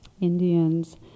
Indians